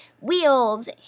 wheels